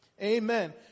Amen